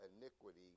iniquity